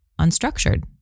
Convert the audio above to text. unstructured